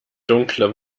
dunkle